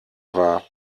war